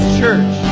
church